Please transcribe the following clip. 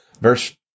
Verse